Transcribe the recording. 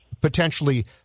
potentially